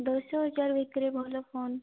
ଦଶ ହଜାର ଭିତରେ ଭଲ ଫୋନ୍